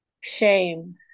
Shame